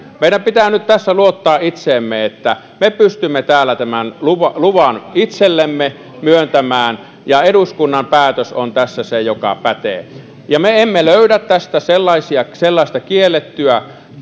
meidän pitää nyt luottaa itseemme että me pystymme täällä tämän luvan luvan itsellemme myöntämään ja eduskunnan päätös on tässä se joka pätee me emme löydä tästä sellaista kiellettyä